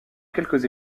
quelques